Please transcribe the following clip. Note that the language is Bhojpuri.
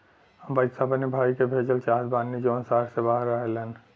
हम पैसा अपने भाई के भेजल चाहत बानी जौन शहर से बाहर रहेलन